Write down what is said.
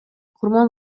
курман